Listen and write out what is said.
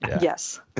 Yes